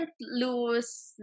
lose